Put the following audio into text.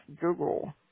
Google